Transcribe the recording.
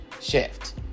shift